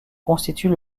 constituent